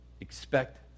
expect